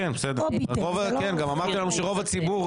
גם אמרת שרוב הציבור,